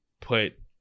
put